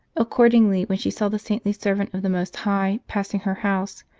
accordingly, when she saw the saintly servant of the most high passing her house,